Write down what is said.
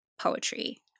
poetry